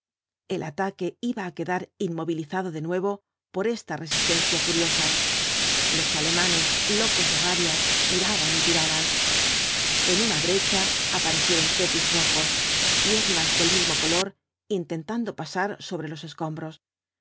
el ataque iba á quedar inmovilizado de nuevo por esta resistencia furiosa los alemanes locos de rabia tiraban y tiraban en una brecha aparecieron kepis rojos piernas del mismo color intentando pasar sobre los escombros